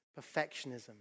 perfectionism